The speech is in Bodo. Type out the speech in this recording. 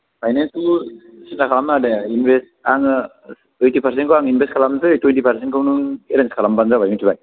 फायनेन्सखौ सिन्था खालामनाङा दे इनभेस्ट आङो एइटिपार्सेन्टखौ आं इनभेस्ट खालामसै टुइन्टि पार्सेन्टखौ नों एरेन्ज खालामब्लानो जाबाय मिन्थिबाय